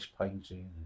painting